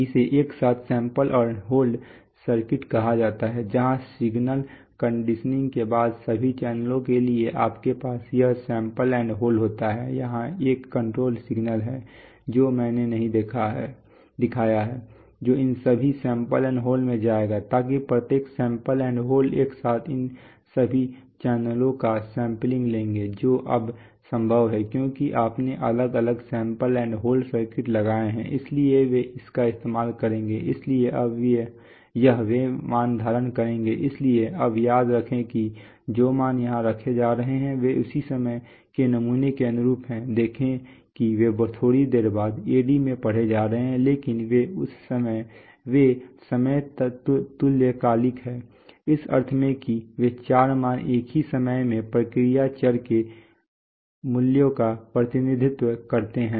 जिसे एक साथ सैंपल एंड होल्ड सर्किट कहा जाता है जहां सिग्नल कंडीशनिंग के बाद सभी चैनलों के लिए आपके पास यह सैंपल एंड होल्ड होता हैयहां एक कंट्रोल सिग्नल है जो मैंने नहीं दिखाया है जो इन सभी सैंपल एंड होल्ड में जाएंगे ताकि प्रत्येक सैंपल एंड होल्ड एक साथ इन सभी चैनलों का सैंपल लेंगे जो अब संभव है क्योंकि आपने अलग अलग सैंपल एंड होल्ड सर्किट लगाए हैं इसलिए वे इसका इस्तेमाल करेंगे इसलिए अब यह वे मान धारण करेंगे इसलिए अब याद रखें कि जो मान यहां रखे जा रहे हैं वे उसी समय के नमूनों के अनुरूप हैं देखें कि वे थोड़ी देर बाद AD में पढ़े जा रहे हैं लेकिन वे समय तुल्यकालिक हैं इस अर्थ में कि वे चार मान एक ही समय में प्रक्रिया चर के मूल्यों का प्रतिनिधित्व करते हैं